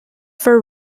for